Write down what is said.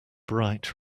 bright